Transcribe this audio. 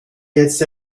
jetzt